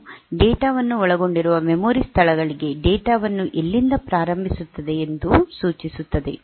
ಇದು ಡೇಟಾ ವನ್ನು ಒಳಗೊಂಡಿರುವ ಮೆಮೊರಿಸ್ಥಳಗಳಿಗೆ ಡೇಟಾ ವನ್ನು ಎಲ್ಲಿಂದ ಪ್ರಾರಂಭಿಸುತ್ತದೆ ಎಂದು ಸೂಚಿಸುತ್ತದೆ